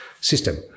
system